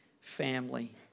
family